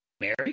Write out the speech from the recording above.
Mary